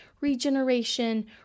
regeneration